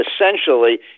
essentially